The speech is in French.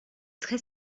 très